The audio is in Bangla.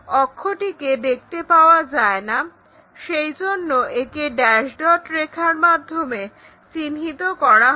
অক্ষটিকে দেখতে পাওয়া যায় না সেইজন্য একে ড্যাশ্ ডট রেখার মাধ্যমে চিহ্নিত করা হয়